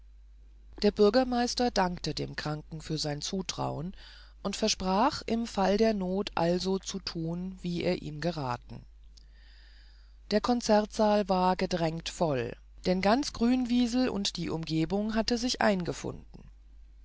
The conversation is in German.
der bürgermeister dankte dem kranken für sein zutrauen und versprach im fall der not also zu tun wie er ihm geraten der konzertsaal war gedrängt voll denn ganz grünwiesel und die umgegend hatte sich eingefunden